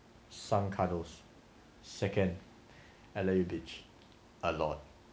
some cuddles second I let you bitch a lot